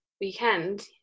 weekend